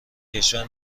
کشور